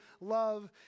love